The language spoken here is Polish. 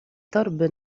torby